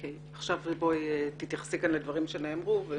עכשיו תתייחסי לדברים שנאמרו.